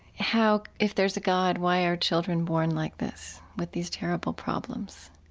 how, if there's a god, why are children born like this with these terrible problems?